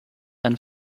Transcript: and